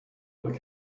look